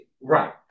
right